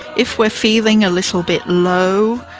if we're feeling a little bit low,